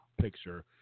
picture